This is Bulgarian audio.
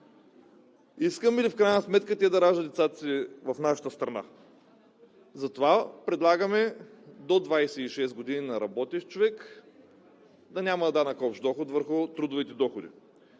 Искаме ли в крайна сметка да раждат децата си в нашата страна? Затова предлагаме: за работещ човек до 26 години да няма данък общ доход върху трудовите доходи.